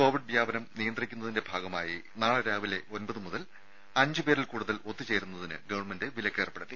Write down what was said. Covid വ്യാപനം നിയന്ത്രിക്കുന്നതിന്റെ ഭാഗമായി നാളെ രാവിലെ ഒൻപത് മുതൽ അഞ്ച് പേരിൽ കൂടുതൽ ഒത്തുചേരുന്നതിന് ഗവൺമെന്റ് വിലക്ക് ഏർപ്പെടുത്തി